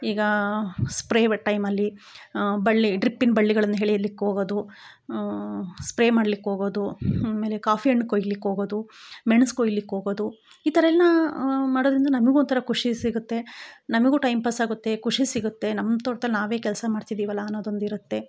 ಈಗಾ spray but ಟೈಮಲ್ಲಿ ಬಳ್ಳಿ ಡ್ರಿಪ್ಪಿಂಗ್ ಬಳ್ಳಿಗಳನ್ನು ಎಳಿಲಿಕ್ಕೋಗದು ಸ್ಪ್ರೇ ಮಾಡಲಿಕ್ಕೆ ಹೋಗೋದು ಆಮೇಲೆ ಕಾಫಿ ಹಣ್ಣು ಕೊಯ್ಲಿಕ್ಕೋಗೋದು ಮೆಣ್ಸು ಕೊಯ್ಲಿಕ್ಕೋಗೋದು ಈಥರಯೆಲ್ಲಾ ಮಾಡೋದರಿಂದ ನಮಗು ಒಂಥರ ಖುಷಿ ಸಿಗುತ್ತೆ ನಮಗು ಟೈಮ್ ಪಾಸ್ ಆಗುತ್ತೆ ಖುಷಿ ಸಿಗುತ್ತೆ ನಮ್ಮ ತೋಟ್ದಲ್ಲಿ ನಾವೆ ಕೆಲಸ ಮಾಡ್ತಿದಿವಲ್ಲಾ ಅನ್ನೋದೊಂದು ಇರುತ್ತೆ